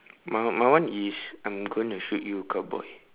my my one is I'm gonna shoot you cowboy